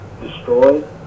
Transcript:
destroyed